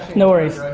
no worries.